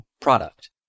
Product